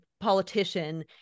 politician